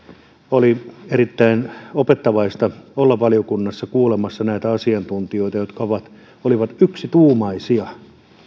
oli erittäin opettavaista olla valiokunnassa kuulemassa näitä asiantuntijoita jotka olivat yksituumaisia siitä